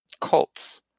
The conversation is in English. cults